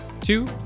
two